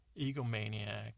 egomaniac